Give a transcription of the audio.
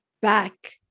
back